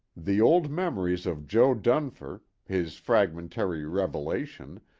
the old memories of jo. dunfer, his fragmentary revelation,